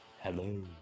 Hello